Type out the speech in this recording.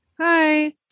hi